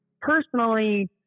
personally